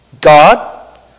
God